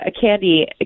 candy